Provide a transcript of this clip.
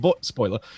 Spoiler